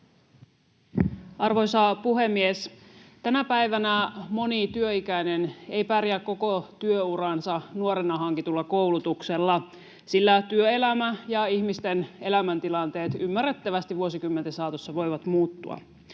Arvoisa puhemies! Tänä päivänä moni työikäinen ei pärjää koko työuraansa nuorena hankitulla koulutuksella, sillä työelämä ja ihmisten elämäntilanteet ymmärrettävästi vuosikymmenten saatossa voivat muuttua.